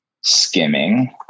skimming